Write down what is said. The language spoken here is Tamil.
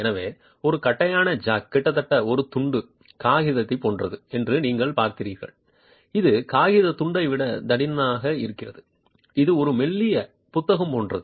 எனவே ஒரு தட்டையான ஜாக் கிட்டத்தட்ட ஒரு துண்டு காகிதத்தைப் போன்றது என்று நீங்கள் பார்த்தீர்கள் இது காகிதத் துண்டை விட தடிமனாக இருக்கிறது இது ஒரு மெல்லிய புத்தகம் போன்றது